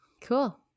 Cool